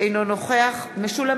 אינו נוכח משולם